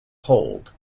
hold